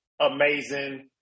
amazing